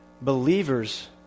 believers